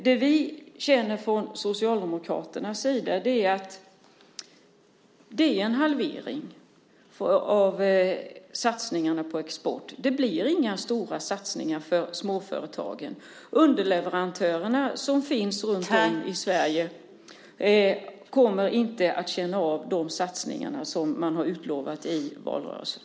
Det vi känner från Socialdemokraternas sida är att det är en halvering av satsningarna på export. Det blir inga stora satsningar för småföretagen. Underleverantörerna, som finns runtom i Sverige, kommer inte att känna av de satsningar som man har utlovat i valrörelsen.